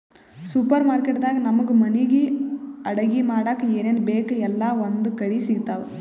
super market ದಾಗ್ ನಮ್ಗ್ ಮನಿಗ್ ಅಡಗಿ ಮಾಡಕ್ಕ್ ಏನೇನ್ ಬೇಕ್ ಎಲ್ಲಾ ಒಂದೇ ಕಡಿ ಸಿಗ್ತಾವ್